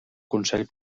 consell